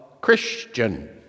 Christian